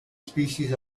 species